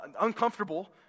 uncomfortable